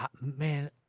Man